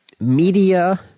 media